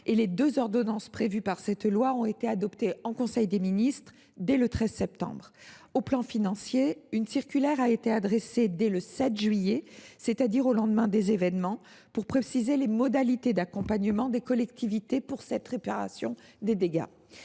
Les deux ordonnances prévues par cette loi ont été adoptées en conseil des ministres dès le 13 septembre. Sur le plan financier, ensuite, une circulaire a été adressée dès le 7 juillet, c’est à dire au lendemain des événements, afin de préciser les modalités d’accompagnement des collectivités pour la réparation des dégâts.